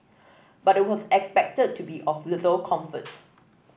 but it was expected to be of little comfort